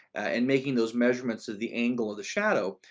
and making those measurements of the angle of the shadow,